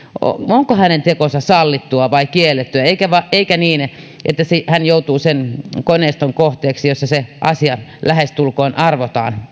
onko hänen tekonsa sallittu vai kielletty eikä niin että hän joutuu sen koneiston kohteeksi jossa se asia lähestulkoon arvotaan